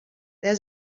there